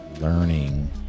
learning